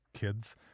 kids